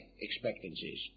expectancies